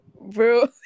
Bro